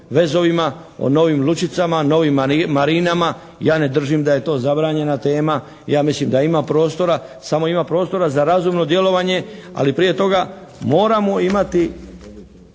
vezovima, novim lučicama, novim marinama. Ja ne držim da je to zabranjena tema, ja mislim da ima prostora samo ima prostora za razumno djelovanje. Ali prije toga moramo imati